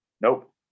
Nope